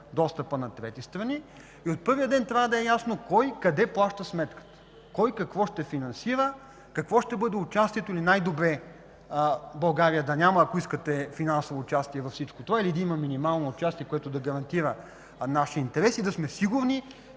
достъпът на трите страни. И от първия ден трябва да е ясно кой къде плаща сметката, кой какво ще финансира, какво ще бъде участието ни. Най-добре е България да няма, ако искате, финансово участие във всичко това, или да има минимално участие, което да гарантира нашия интерес и да сме сигурни,